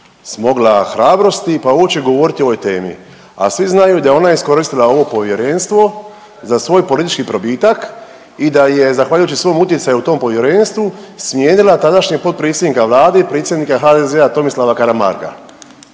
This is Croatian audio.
smogla hrabrosti pa uopće i govoriti o ovoj temi, a svi znaju da je ona iskoristila ovo Povjerenstvo za svoj politički probitak i da je zahvaljujući svom utjecaju u tom Povjerenstvu smijenila tadašnjeg potpredsjednika Vlade i predsjednika HDZ-a Tomislava Karamarka.